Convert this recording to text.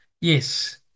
Yes